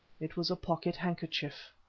it was a pocket-handkerchief.